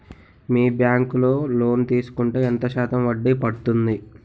మీ bank లో loan తీసుకుంటే ఎంత శాతం వడ్డీ పడ్తుంది?